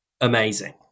amazing